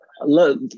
Look